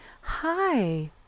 hi